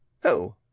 Who